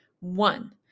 one